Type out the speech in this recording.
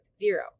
zero